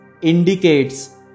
indicates